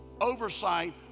oversight